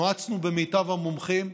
נועצנו במיטב המומחים.